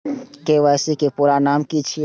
KYC के पूरा नाम की छिय?